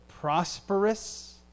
prosperous